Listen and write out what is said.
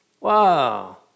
Wow